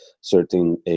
certain